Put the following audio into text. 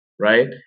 Right